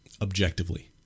objectively